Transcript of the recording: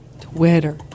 Twitter